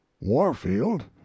warfield